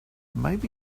maybe